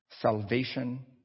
salvation